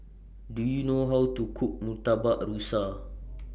Do YOU know How to Cook Murtabak Rusa